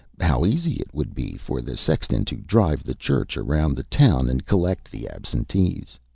how easy it would be for the sexton to drive the church around the town and collect the absentees.